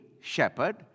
shepherd